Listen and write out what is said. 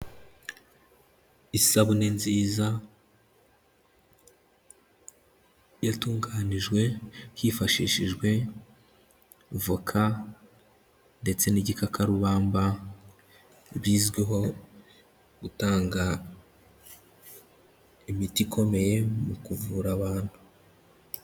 Isabune nziza yatunganijwe hifashishijwe voka ndetse n'igikakarubamba bizwiho gutanga imiti ikomeye mu kuvura abantu.